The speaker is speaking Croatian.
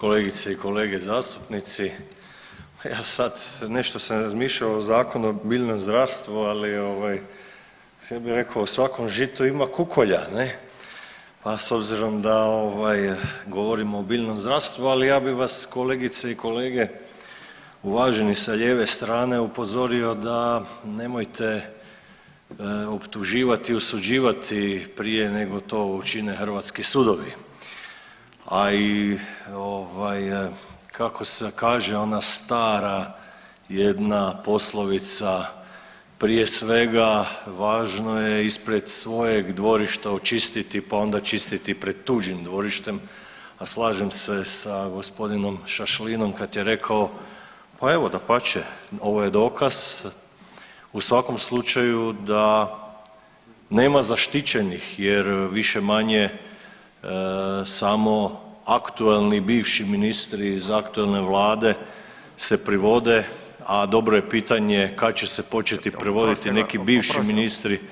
Kolegice i kolege zastupnici, pa ja sad nešto sam razmišljao o Zakonu o biljnom zdravstvu, ali ovaj sad bi rekao u svakom žitu ima kukolja ne, a s obzirom da ovaj govorimo o biljnom zdravstvu, ali ja bi vas kolegice i kolege uvaženi sa lijeve strane upozorio da nemojte optuživati i osuđivati prije nego to učine hrvatski sudovi, a i ovaj kako se kaže ona stara jedna poslovica prije svega važno je ispred svojeg dvorišta očistiti, pa onda čistiti pred tuđim dvorištem, a slažem se sa g. Šašlinom kad je rekao, pa evo dapače ovo je dokaz u svakom slučaju da nema zaštićenih jer više-manje samo aktuelni bivši ministri iz aktuelne Vlade se privode, a dobro je pitanje kad će se početi privoditi [[Upadica: Oprostite, oprostite.]] neki bivši ministri